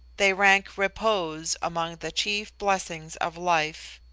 they rank repose among the chief blessings of life.